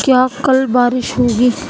کیا کل بارش ہوگی